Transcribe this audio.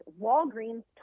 Walgreens